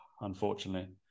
unfortunately